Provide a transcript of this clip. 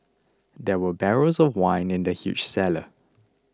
there were barrels of wine in the huge cellar